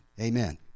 Amen